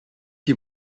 die